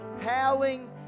howling